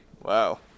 Wow